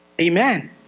Amen